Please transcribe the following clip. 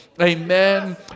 amen